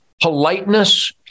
Politeness